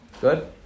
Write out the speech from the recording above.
Good